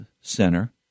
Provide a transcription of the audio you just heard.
center